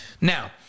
Now